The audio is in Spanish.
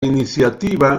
iniciativa